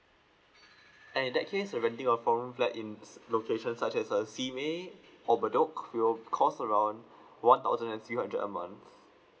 and in that case uh renting a four room flat in s~ location such as uh simei or bedok will cost around one thousand and three hundred a month